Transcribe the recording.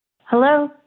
Hello